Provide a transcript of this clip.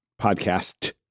Podcast